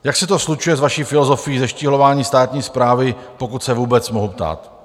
Jak se to slučuje s vaší filozofií zeštíhlování státní správy, pokud se vůbec mohu ptát?